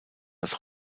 das